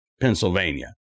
Pennsylvania